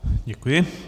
Děkuji.